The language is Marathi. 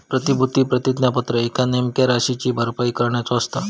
प्रतिभूती प्रतिज्ञापत्र एका नेमक्या राशीची भरपाई करण्याचो असता